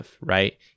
right